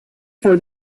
for